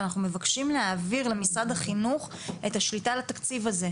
ואנחנו מבקשים להעביר למשרד החינוך את השליטה על התקציב הזה.